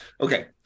Okay